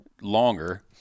longer